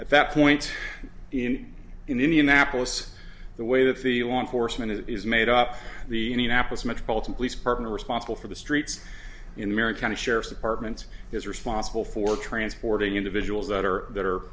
at that point in indianapolis the way that the law enforcement is made up the indianapolis metropolitan police department responsible for the streets in marin county sheriff's department is responsible for transporting individuals that are that are